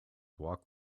walk